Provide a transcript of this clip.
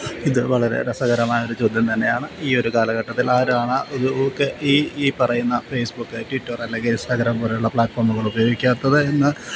ഇത് വളരെ രസകരമായ ഒരു ചോദ്യം തന്നെയാണ് ഈ ഒരു കാലഘട്ടത്തിൽ ആരാണ് ആ ഒരു ഈ ഈ പറയുന്ന ഫേസ്ബുക്ക് ട്വിറ്റർ അല്ലെങ്കിൽ ഇൻസ്റ്റാഗ്രാം പോലുള്ള പ്ലാറ്റ്ഫോമുകൾ ഉപയോഗിക്കാത്തത് എന്ന്